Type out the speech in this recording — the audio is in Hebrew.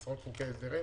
עשרות חוקי הסדרים